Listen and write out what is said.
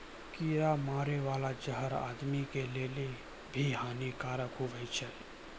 कीड़ा मारै बाला जहर आदमी के लेली भी हानि कारक हुवै छै